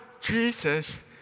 Jesus